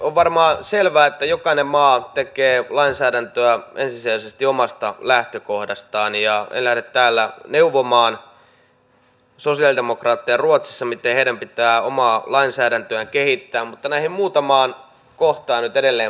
on varmaan selvää että jokainen maa tekee lainsäädäntöä ensisijaisesti omasta lähtökohdastaan ja en lähde täällä neuvomaan sosialidemokraatteja ruotsissa miten heidän pitää omaa lainsäädäntöään kehittää mutta näihin muutamaan kohtaan nyt edelleen puutun